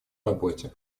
работе